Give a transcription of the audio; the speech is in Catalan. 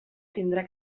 tindrà